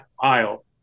aisle